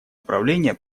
управление